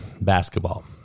Basketball